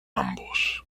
ambos